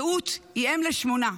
רעות היא אם לשמונה,